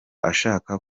ashaka